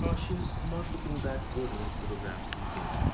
she's not looking that good in the photographs these days.